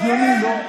הגיוני, לא?